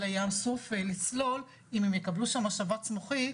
או לים סוף לצלול אם הם יקבלו שם שבץ מוחי,